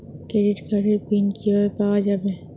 Credit কার্ডের pin কিভাবে পাওয়া যাবে?